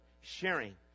Sharing